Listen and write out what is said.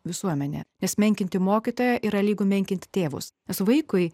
visuomenę nes menkinti mokytojo yra lygu menkinti tėvus nes vaikui